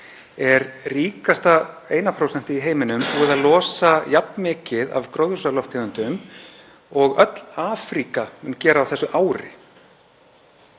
er ríkasta eina prósentið í heiminum búið að losa jafn mikið af gróðurhúsalofttegundum og öll Afríka mun gera á þessu ári.